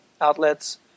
outlets